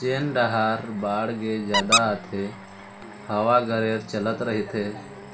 जेन डाहर बाड़गे जादा आथे, हवा गरेर चलत रहिथे